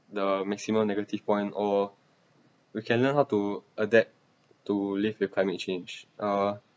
the maximum negative point or we can learn how to adapt to live with climate change uh